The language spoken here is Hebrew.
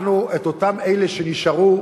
אנחנו, את אותם אלה שנשארו,